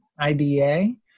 IBA